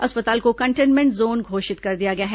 अस्पताल को containment zone घोषित कर दिया गया है